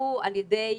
חולקו על ידי